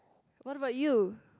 what about you